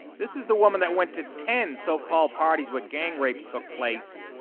this is the woman that went to ten so-called parties what gang rapes took place